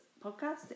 podcast